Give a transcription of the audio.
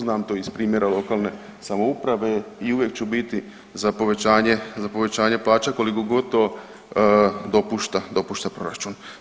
Znam to iz primjera lokalne samouprave i uvijek ću biti za povećanje plaće koliko god to dopušta proračun.